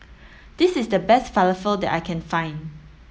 this is the best Falafel that I can find